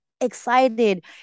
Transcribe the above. excited